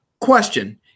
question